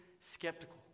skeptical